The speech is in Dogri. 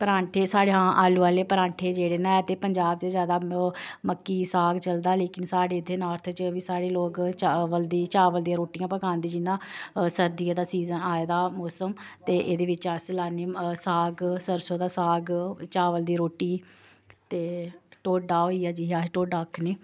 परांठे साढ़े हां आलू आह्ले परांठे जेह्ड़े न ते पंजाब च ज्यादा ओह् मक्की साग चलदा लेकिन साढ़े इत्थे नार्थ च बी साढ़े लोक चावल दी चावल दियां रोटियां पकांदे जियां सर्दियें दा सीजन आए दा मोसम ते एह्दे बिच्च अस लान्ने साग सरसों दा साग चावल दी रोटी ते ढोडा होई गेआ जिसी अस ढोडा आखने आं